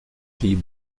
filles